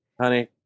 Honey